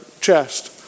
chest